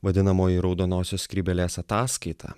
vadinamoji raudonosios skrybėlės ataskaita